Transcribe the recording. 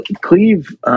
Cleve